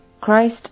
Christ